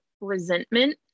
resentment